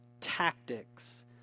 tactics